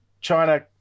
China